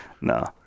No